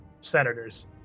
senators